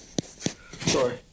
Sorry